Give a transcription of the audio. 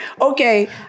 okay